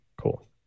Cool